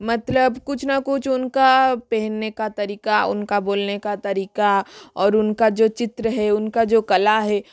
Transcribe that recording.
मतलब कुछ न कुछ उनका पहनने का तरीका उनका बोलने का तरीका और उनका जो चित्र है उनका जो कला है